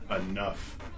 enough